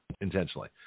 intentionally